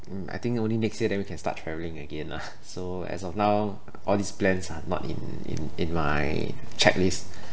mm I think only next year then we can start traveling again lah so as of now all these plans are not in in in my checklist